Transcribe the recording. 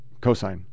cosine